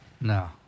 No